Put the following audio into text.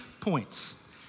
points